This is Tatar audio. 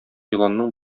еланның